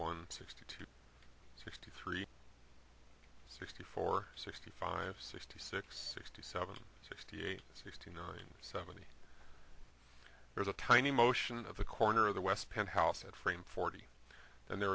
one sixty sixty three sixty four sixty five sixty six sixty seven sixty eight sixty nine seventy there's a tiny motion of the corner of the west penthouse at frame forty and there